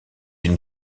une